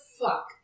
fuck